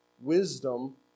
Wisdom